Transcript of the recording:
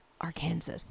Arkansas